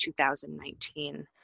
2019